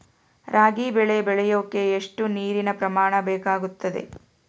ರಾಗಿ ಬೆಳೆ ಬೆಳೆಯೋಕೆ ಎಷ್ಟು ನೇರಿನ ಪ್ರಮಾಣ ಬೇಕಾಗುತ್ತದೆ?